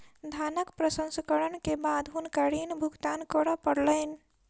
धानक प्रसंस्करण के बाद हुनका ऋण भुगतान करअ पड़लैन